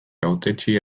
hautetsi